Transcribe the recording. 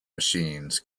machines